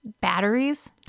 Batteries